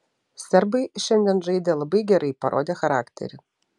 serbai šiandien žaidė labai gerai parodė charakterį